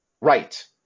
Right